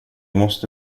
måste